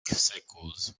circles